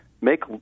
make